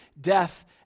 death